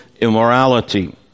immorality